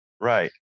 right